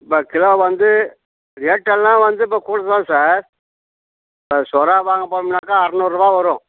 வ கிலோ வந்து ரேட்டெல்லாம் வந்து இப்போ கூட தான் சார் சுறா வாங்க போகணும்னாக்கா அறநூறுபா வரும்